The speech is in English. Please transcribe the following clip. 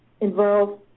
involve